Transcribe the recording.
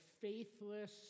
faithless